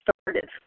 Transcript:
started